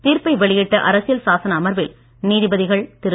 தீர்ப்பை வெளியிட்ட அரசியல் சாசன அமர்வில் நீதிபதிகள் திரு